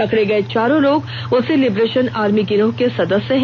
पकड़े गए चारों लोग उसी लिबरेशन आर्मी गिरोह के सदस्य हैं